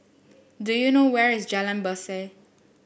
do you know where is Jalan Berseh